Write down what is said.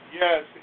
Yes